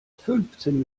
fünfzehn